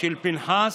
של פינחס,